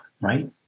right